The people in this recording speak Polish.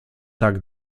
tak